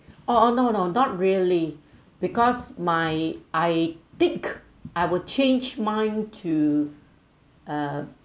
oh no no not really because my I think I will change mine to uh